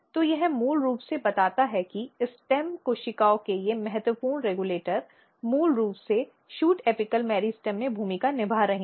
तो यह मूल रूप से बताता है कि स्टेम कोशिकाओं के ये महत्वपूर्ण रेगुलेटर मूल रूप से शूट एपिकल मेरिस्टेम में भूमिका निभा रहे हैं